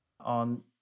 on